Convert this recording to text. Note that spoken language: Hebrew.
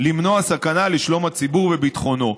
למנוע סכנה לשלום הציבור וביטחונו.